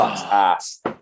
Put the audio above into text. ass